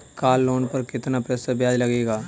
Car loan पर कितना प्रतिशत ब्याज लगेगा?